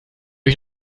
ich